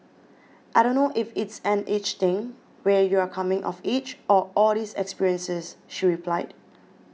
I don't know if it's an age thing where you're coming of age or all these experiences she replied